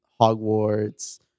Hogwarts